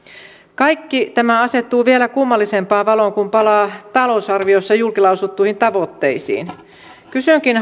kaikki tämä asettuu vielä kummallisempaan valoon kun palaa talousarviossa julkilausuttuihin tavoitteisiin kysynkin